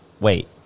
Wait